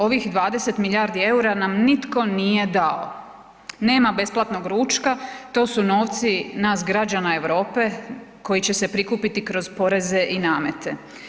Ovih 20 milijardi eura nam nitko nije dao, nema besplatnog ručka, to su novci nas građana Europe koji će se prikupiti kroz poreze i namete.